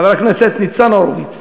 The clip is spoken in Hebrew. חבר הכנסת ניצן הורוביץ.